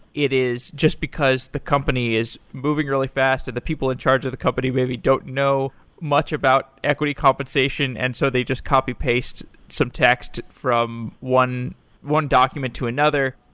it is just because the company is moving really fast and the people in charge of the company maybe don't know much about equity compensation and so they just copy-paste some text from one one document to another.